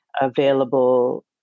available